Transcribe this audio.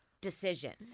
decisions